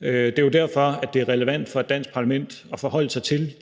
Det er jo derfor, at det er relevant for et dansk parlament at tage stilling